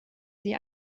sie